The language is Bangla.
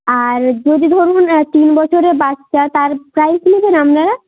আর যদি ধরুন তিন বছরের বাচ্চা তার প্রাইস নেবেন আপনারা